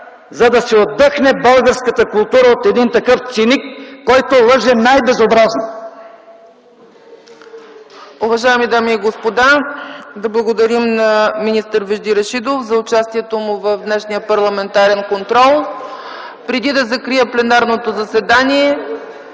за да си отдъхне българската култура от един такъв циник, който лъже най-безобразно.